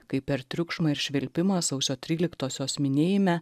kai per triukšmą ir švilpimą sausio tryliktosios minėjime